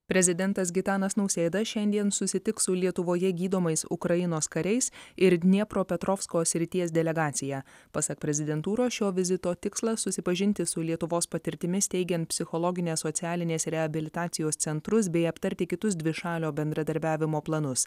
prezidentas gitanas nausėda šiandien susitiks su lietuvoje gydomais ukrainos kariais ir dniepropetrovsko srities delegacija pasak prezidentūros šio vizito tikslas susipažinti su lietuvos patirtimi steigiant psichologinės socialinės reabilitacijos centrus bei aptarti kitus dvišalio bendradarbiavimo planus